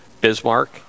Bismarck